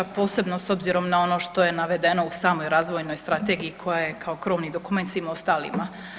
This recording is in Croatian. Posebno s obzirom na ono što je navedeno u samoj razvojnoj strategiji koja je kao krovni dokument svim ostalima.